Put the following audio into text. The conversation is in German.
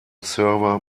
server